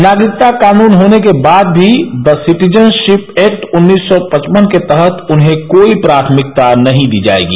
नागरिकता कानून होने के बाद भी द सिटीजनशिप एक्ट उन्नीस सौ पचपन के तहत उन्हें कोई प्राथमिकता नहीं दी जाएगी